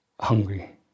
hungry